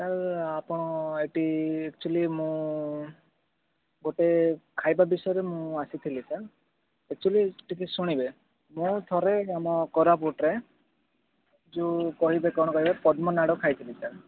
sir ଇଏ ଆପଣ ଏଇଟି ଏକଚୌଲି ମୁଁ ଗୁଟେ ଖାଇବା ବିଷୟରେ ମୁଁ ଆସିଥିଲି ସାର୍ ଏକଚୌଲି ଟିକିଏ ଶୁଣିବେ ମୁଁ ଥରେ ଆମ କୋରାପୁଟରେ ଯୋଉ କହିବେ କଣ କହିବେ ପଦ୍ମନାଡ଼ ଖାଇଥିଲି ସାର୍